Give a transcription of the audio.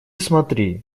смотри